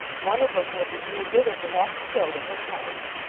one of em will be wounded or perhaps killed in this house